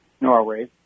Norway